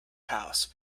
house